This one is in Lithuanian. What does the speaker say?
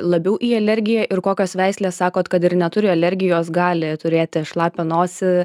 labiau į alergiją ir kokios veislės sakot kad ir neturi alergijos gali turėti šlapią nosį